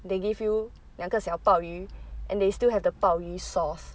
they give you 两个小鲍鱼 and they still have the 鲍鱼 sauce